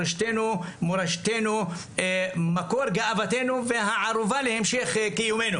מורשתנו, מקור גאוותנו וערובה להמשך קיומנו